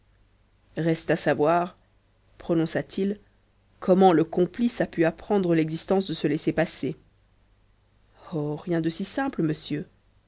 reste à savoir prononça-t-il comment le complice a pu apprendre l'existence de ce laisser passer oh rien de si simple monsieur